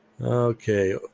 Okay